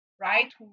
right